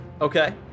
Okay